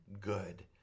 good